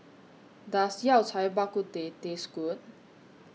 Does Yao Cai Bak Kut Teh Taste Good